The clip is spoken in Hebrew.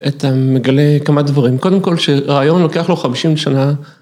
את המגלה כמה דברים, קודם כל שרעיון לוקח לו 50 שנה.